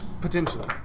Potentially